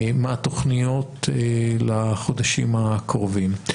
מה התכניות לחודשים הקרובים.